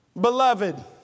Beloved